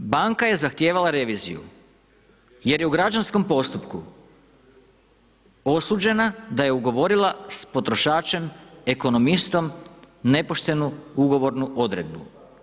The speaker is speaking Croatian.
Banka je zahtijevala reviziju jer je u građanskom postupku osuđena da je ugovorila s potrošačem ekonomistom nepoštenu ugovornu odredbu.